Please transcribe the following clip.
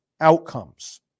outcomes